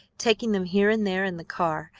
taking them here and there in the car,